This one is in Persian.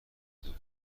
بود